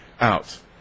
out